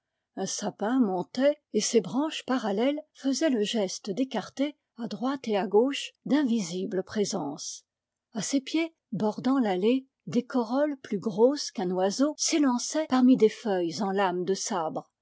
un sapin montait et ses branches parallèles faisaient le geste d'écarter à droite à gauche d'invisibles présences à ses pieds bordant l'allée des corolles plus grosses qu'un oiseau s'élançaient parmi des feuilles en lame de sabre